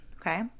Okay